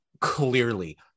clearly